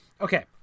Okay